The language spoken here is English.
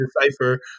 decipher